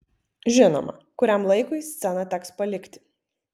žinoma kuriam laikui sceną teks palikti